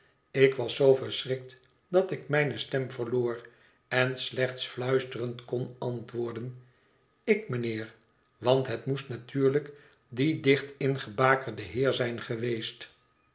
ik was zoo verschrikt dat ik mijne stem verloor en slechts fluisterend kon antwoorden ik mijnheer want het moest natuurlijk die dicht ingebakerde heer zijn geweest